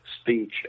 speech